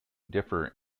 differ